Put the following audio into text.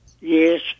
Yes